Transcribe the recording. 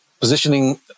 Positioning